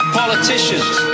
politicians